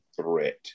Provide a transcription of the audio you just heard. threat